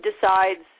decides